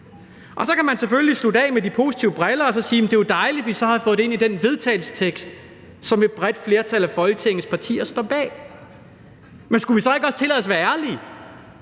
Så kan man selvfølgelig slutte af med de positive briller og sige, at det jo er dejligt, at vi så har fået det ind i det forslag til vedtagelse, som et bredt flertal af Folketingets partier står bag, men skulle vi så ikke også tillade os at være ærlige